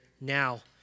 now